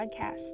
Podcast